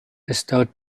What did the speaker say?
bestowed